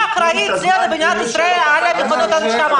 מי אחראי אצלנו במדינת ישראל על מכונות ההנשמה?